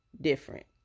different